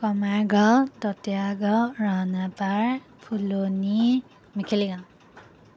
কমাৰ গাঁও ততীয়া গাঁও ৰানা পাৰ ফুলনি মেখেলি গাঁও